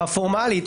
הפורמלית,